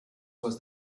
was